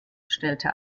stellte